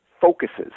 focuses